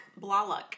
Blalock